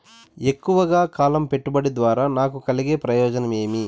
ఎక్కువగా కాలం పెట్టుబడి ద్వారా నాకు కలిగే ప్రయోజనం ఏమి?